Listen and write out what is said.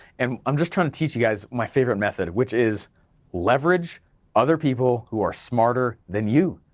and i'm just trying to teach you guys my favorite method which is leverage other people who are smarter than you.